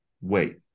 wait